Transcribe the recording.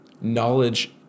knowledge